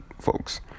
folks